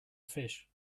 fish